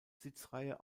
sitzreihe